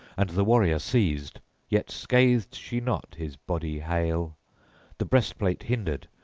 and the warrior seized yet scathed she not his body hale the breastplate hindered,